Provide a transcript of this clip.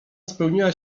spełniła